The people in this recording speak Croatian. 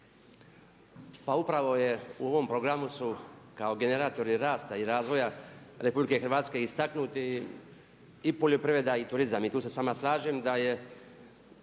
pa upravo u ovom programu su kao generatori rasta i razvoja RH istaknuti i poljoprivreda i turizam i tu se s vama slažem da je